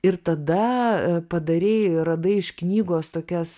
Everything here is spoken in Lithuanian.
ir tada padarei radai iš knygos tokias